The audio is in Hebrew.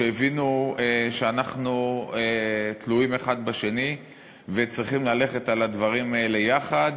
שהבינו שאנחנו תלויים האחד בשני וצריכים ללכת על הדברים האלה יחד,